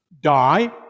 die